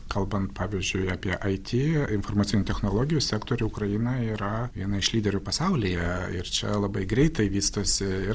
kalbant pavyzdžiui apie it informacinių technologijų sektorių ukraina yra viena iš lyderių pasaulyje ir čia labai greitai vystosi ir